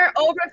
Over